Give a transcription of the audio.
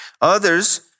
Others